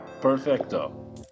perfecto